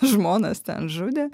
žmonas ten žudė